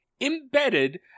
embedded